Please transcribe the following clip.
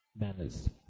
manners